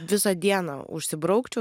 visą dieną užsibraukčiau